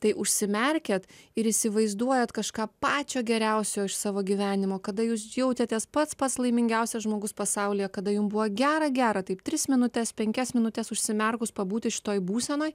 tai užsimerkiat ir įsivaizduojat kažką pačio geriausio iš savo gyvenimo kada jūs jautėtės pats pats laimingiausias žmogus pasaulyje kada jum buvo gera gera taip tris minutes penkias minutes užsimerkus pabūti šitoj būsenoj